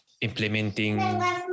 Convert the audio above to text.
implementing